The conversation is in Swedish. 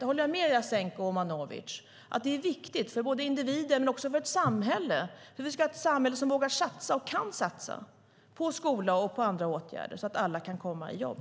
Jag håller med Jasenko Omanovic om att det är viktigt både för individen och för samhället. Det är viktigt för att vi ska ha ett samhälle som vågar satsa och som kan satsa på skola och på andra åtgärder så att alla kan komma i jobb.